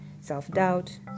self-doubt